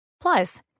Plus